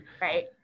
right